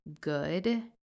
good